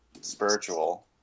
spiritual